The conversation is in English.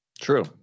True